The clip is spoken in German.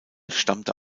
stammte